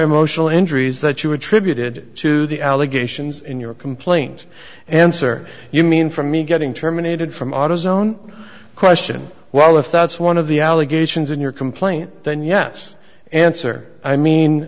emotional injuries that you attributed to the allegations in your complaint answer you mean for me getting terminated from autozone question well if that's one of the allegations in your complaint then yes answer i mean